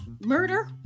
murder